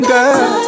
Girl